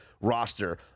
roster